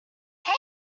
hey